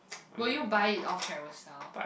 were you buy it of Carousell